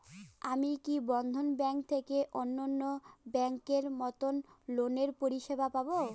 আমি কি বন্ধন ব্যাংক থেকে অন্যান্য ব্যাংক এর মতন লোনের পরিসেবা পাব?